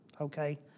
Okay